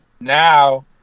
Now